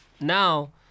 now